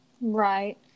right